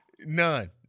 None